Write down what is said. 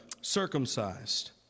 circumcised